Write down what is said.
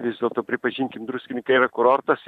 vis dėlto pripažinkim druskininkai yra kurortas